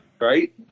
Right